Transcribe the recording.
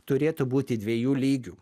turėtų būti dviejų lygių